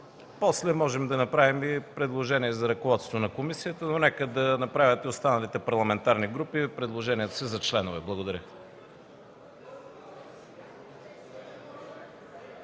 После можем да направим и предложение за ръководството на комисията, но нека и останалите парламентарни групи да направят предложенията си за членове. Благодаря.